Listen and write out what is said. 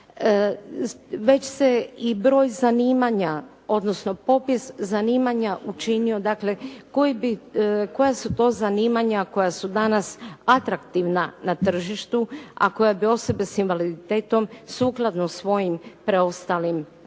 Već se i broj zanimanja, odnosno popis zanimanja učinio dakle, koja su to zanimanja koja su danas atraktivna na tržištu, a koja bi osobe s invaliditetom sukladno svojim preostalim mogućnostima